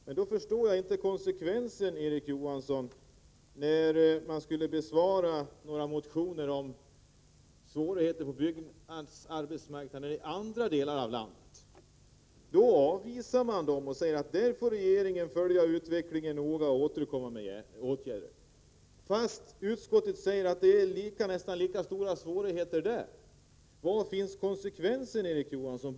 Men när utskottet skulle besvara några motioner om svårigheter på byggarbetsmarknaden i andra delar av landet avvisades kraven i dessa motioner med en hänvisning till att regeringen noga får följa utvecklingen och återkomma med förslag till åtgärder — detta fastän utskottet anser att svårigheterna är nästan lika stora där. Var finns konsekvensen, Erik Johansson?